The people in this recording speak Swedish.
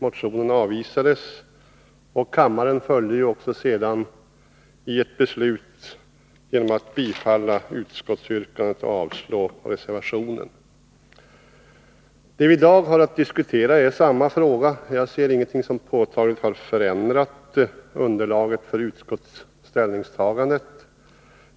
Motionen avvisades av utskottet, och kammaren beslöt sedan att bifalla utskottsyrkandet och avslå reservationen. Det vi i dag har att diskutera är samma fråga. Jag ser ingenting som påtagligt har förändrat underlaget för utskottets ställningstagande.